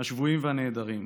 השבויים והנעדרים.